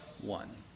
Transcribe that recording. one